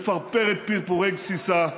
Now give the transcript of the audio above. מפרפרת פרפורי גסיסה,